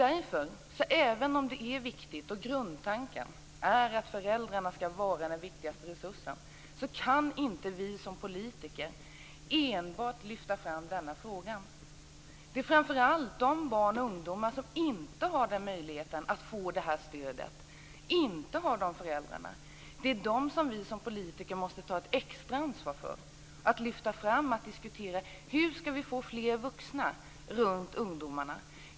Även om grundtanken är att föräldrarna skall vara den viktigaste resursen, kan inte vi politiker enbart lyfta fram denna fråga. Det är framför allt de barn och ungdomar som inte har möjligheten att få det här stödet, inte har de föräldrarna, som vi som politiker måste ta ett extra ansvar för. Vi måste lyfta fram och diskutera hur vi skall få fler vuxna runt ungdomarna.